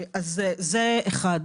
זה אחת.